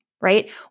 right